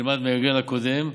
שלמדנו מהגל קודם,